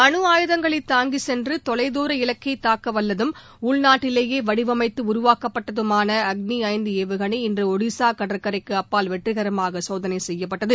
அனு ஆயுதங்களை தாங்கி சென்று தொலைதூர இலக்கை தாக்கவல்லதும் உள்நாட்டிலேயே வடிவமைத்து உருவாக்கப்பட்டதுமான அக்னி ஐந்து ஏவுகளை இன்று ஒடிசா கடற்கரைக்கு அப்பால் வெற்றிகரமாக சோதனை செய்யப்பட்டது